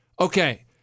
Okay